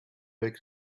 avec